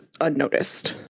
unnoticed